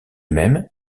même